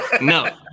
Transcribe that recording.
No